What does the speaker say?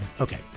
Okay